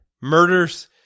murders